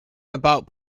about